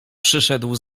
przyszedł